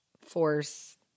force